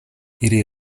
ili